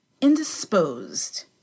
indisposed